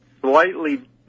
slightly